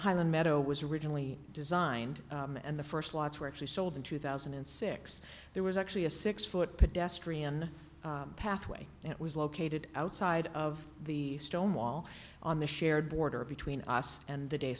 highland meadow was originally designed and the first lots were actually sold in two thousand and six there was actually a six foot pedestrian pathway that was located outside of the stone wall on the shared border between us and the day